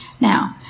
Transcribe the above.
Now